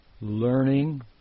learning